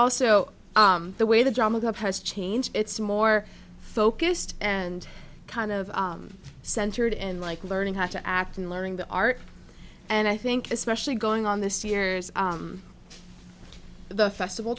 also the way the drama has changed it's more focused and kind of centered and like learning how to act and learning the art and i think especially going on this years the festival